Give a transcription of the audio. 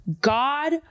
God